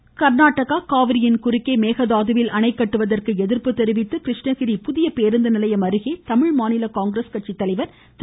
ஆர்ப்பாட்டம் கர்நாடகா காவிரியின் குறுக்கே மேகதாதுவில் அணை கட்டுவதற்கு எதிர்ப்பு தெரிவித்து கிருஷ்ணகிரி புதிய பேருந்து நிலையம் அருகில் தமிழ்மாநில காங்கிரஸ் கட்சித்தலைவர் திரு